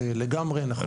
זה לגמרי נכון.